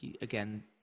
again